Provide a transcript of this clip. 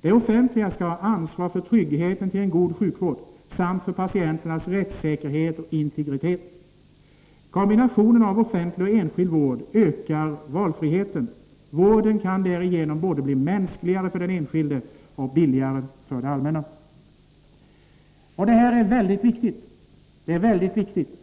Det offentliga skall ha ansvar för tryggheten till en god sjukvård samt för patienternas rättssäkerhet och integritet. Kombinationen av offentlig och enskild vård ökar valfriheten. Vården kan därigenom bli både mänskligare för den enskilde och billigare för det allmänna.” Det här är mycket viktigt.